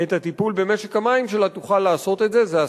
את הטיפול במשק המים שלה, תוכל לעשות את זה.